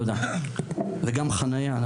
גם חניה.